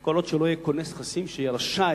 כל עוד לא יהיה כונס נכסים שיהיה רשאי